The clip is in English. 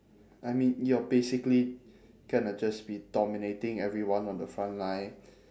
I mean you're basically gonna just be dominating everyone on the front line